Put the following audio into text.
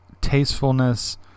tastefulness